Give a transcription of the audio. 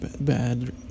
bad